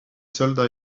soldats